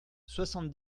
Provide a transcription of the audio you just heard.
soixante